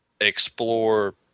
explore